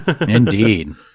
Indeed